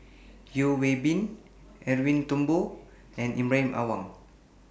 Yeo Hwee Bin Edwin Thumboo and Ibrahim Awang